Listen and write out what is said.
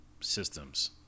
systems